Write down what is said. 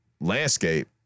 landscape